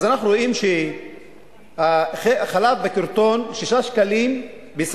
אז אנחנו רואים שחלב בקרטון בישראל,